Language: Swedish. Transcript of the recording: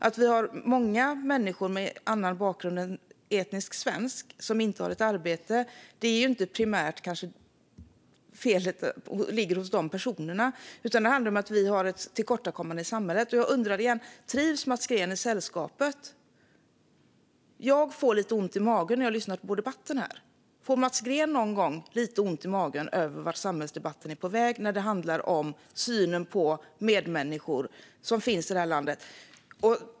Även om vi har många människor med annan bakgrund än etnisk svensk som inte har ett arbete ligger kanske felet inte primärt hos de personerna. Det handlar om att vi har ett tillkortakommande i samhället. Jag undrar igen: Trivs Mats Green i sällskapet? Jag får lite ont i magen när jag lyssnar på debatten här. Får Mats Green någon gång lite ont i magen över vart samhällsdebatten är på väg när det handlar om synen på medmänniskor som finns i det här landet?